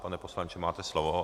Pane poslanče, máte slovo.